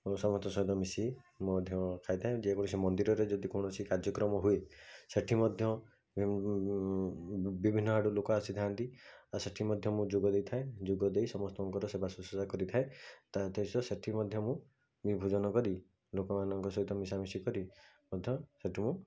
ମୁଁ ସମସ୍ତଙ୍କ ସହିତ ମିଶି ମଧ୍ୟ ଖାଇଥାଏ ଯେକୌଣସି ମନ୍ଦିରରେ ଯଦି କୌଣସି କାର୍ଯ୍ୟକ୍ରମ ହୁଏ ସେଠି ମଧ୍ୟ ବିଭିନ୍ନ ଆଡୁ ଲୋକ ଆସିଥାନ୍ତି ଆଉ ସେଠି ମଧ୍ୟ ମୁଁ ଯୋଗ ଦେଇଥାଏ ଯୋଗଦେଇ ସମସ୍ତଙ୍କର ସେବା ଶୁଶ୍ରୂଷା କରିଥାଏ ତା ସହିତ ସେଠି ମଧ୍ୟ ମୁଁ ବି ଭୋଜନ କରି ଲୋକମାନଙ୍କ ସହିତ ମିଶାମିଶି କରି ମଧ୍ୟ ସେଠୁ ମୁଁ